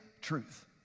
truth